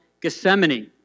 Gethsemane